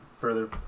further